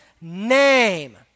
name